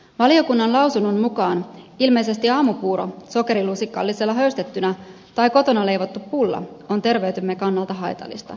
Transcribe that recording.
valiokunnan lausunnon mukaan ilmeisesti aamupuuro sokerilusikallisella höystettynä tai kotona leivottu pulla on terveytemme kannalta haitallista